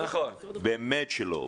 באמת שלא,